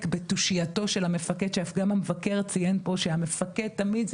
בתושייתו של המפקד שאף גם המבקר ציין פה שהמפקד תמיד,